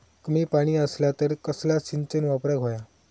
कमी पाणी असला तर कसला सिंचन वापराक होया?